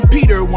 Peter